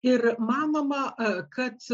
ir manoma kad